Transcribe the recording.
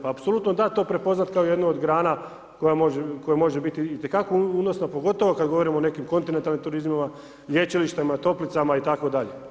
Pa apsolutno da to prepoznati kao jednu od grana, koja može biti itekako unosna, pogotovo kada govorimo o nekim kantonalnim turizmima, lječilištima, toplicama itd.